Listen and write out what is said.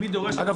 אגב,